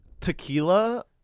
tequila –